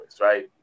right